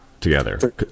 together